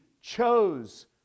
chose